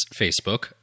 Facebook